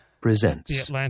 presents